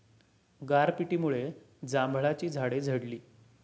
गारपिटीमुळे जांभळाची झाडे झडली